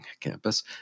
campus